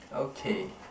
okay